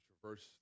traverse